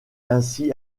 ainsi